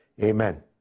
Amen